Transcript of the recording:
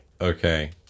Okay